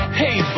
hey